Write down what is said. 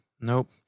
Nope